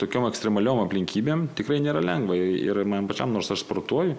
tokiom ekstremaliom aplinkybėm tikrai nėra lengva ir man pačiam nors aš sportuoju